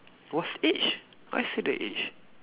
was age why say the age